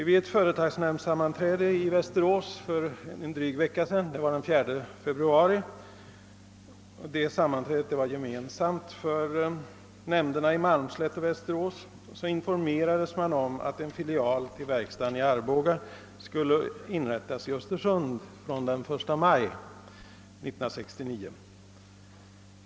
Vid ett företagsnämndssammanträde i Västerås för en dryg vecka sedan — den 4 februari — som var gemensamt för nämnderna i Malmslätt och Västerås informerades om att en filial till verkstaden i Arboga skulle inrättas i Östersund från den 1 maj 1969.